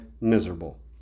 miserable